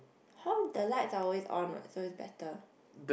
hall the lights are always on what so it's better